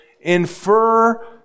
infer